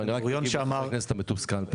בן-גוריון שאמר ------ חבר הכנסת המתוסכל.